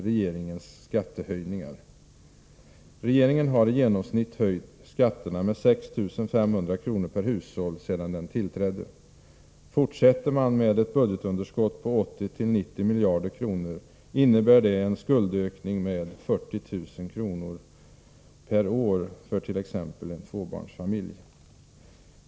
Regeringen har i genomsnitt höjt skatterna med 6 500 kr. per hushåll sedan den tillträdde. Fortsätter man med ett budgetunderskott på 80-90 miljarder kronor, innebär det en skuldökning med 40 000 kr. per år för t.ex. en tvåbarnsfamilj.